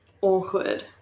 Awkward